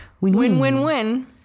Win-win-win